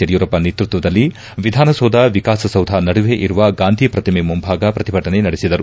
ಯಡಿಯೂರಪ್ಪ ನೇತೃತ್ವದಲ್ಲಿ ವಿಧಾನಸೌಧ ವಿಕಾಸಸೌಧ ನಡುವೆ ಇರುವ ಗಾಂಧಿ ಪತ್ರಿಮೆ ಮುಂಭಾಗ ಪ್ರತಿಭಟನೆ ನಡೆಸಿದರು